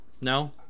No